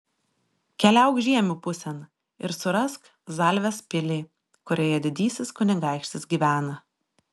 keliauk žiemių pusėn ir surask zalvės pilį kurioje didysis kunigaikštis gyvena